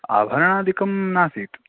आभरणादिकं नासीत्